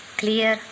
clear